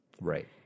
Right